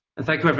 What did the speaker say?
and thank like